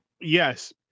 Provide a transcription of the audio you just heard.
Yes